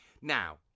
Now